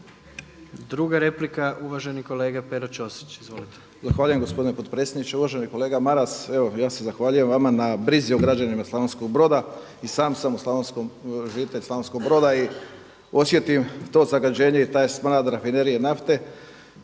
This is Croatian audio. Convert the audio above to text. Druga replika uvaženi kolega Pero Ćosić, izvolite.